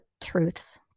truths